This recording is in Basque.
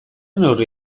neurri